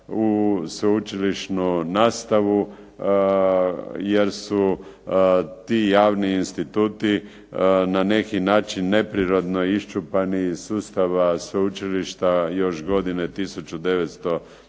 u sveučilišnu nastavu jer su ti javni instituti na neki način neprirodno iščupani iz sustava sveučilišta još godine 1993.